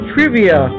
Trivia